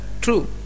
true